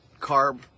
carb